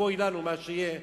אבוי לנו מה שיהיה,